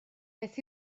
beth